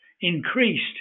increased